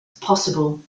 possible